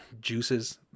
juices